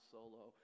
Solo